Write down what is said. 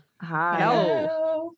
Hi